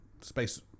space